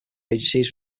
agencies